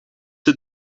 het